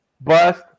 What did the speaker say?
bust